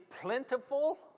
plentiful